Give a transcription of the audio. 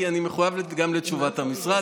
כי אני מחויב גם לתשובת המשרד.